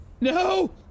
No